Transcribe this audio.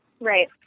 Right